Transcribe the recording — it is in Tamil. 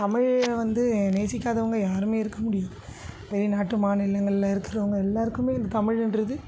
தமிழை வந்து நேசிக்காதவங்க யாருமே இருக்கற முடியாது வெளிநாட்டு மாநிலங்களில் இருக்கிறவங்க எல்லோருக்குமே இந்த தமிழுன்றது